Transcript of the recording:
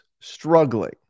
struggling